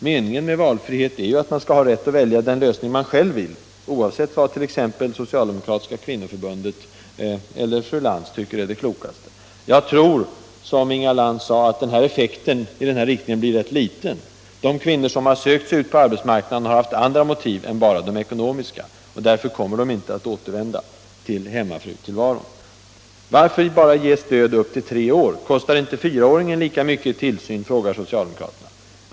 Meningen med valfrihet är ju att man skall ha rätt att välja den lösning man själv vill, oavsett vad t.ex. socialdemokratiska kvinnoförbundet eller fru Lantz tycker är det klokaste. Jag tror, som Inga Lantz sade, att effekten i den här riktningen blir rätt liten. De kvinnor som sökt sig ut på arbetsmarknaden har haft andra motiv än bara de ekonomiska, och därför kommer de inte att återvända till hemmafrutillvaron. Varför bara ge stöd upp till tre år? Kostar inte fyraåringen lika mycket i tillsyn? frågar socialdemokraterna.